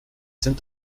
sind